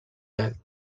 vel